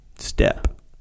step